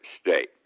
state